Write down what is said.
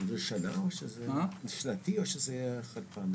זה שנתי או שזה חד פעמי?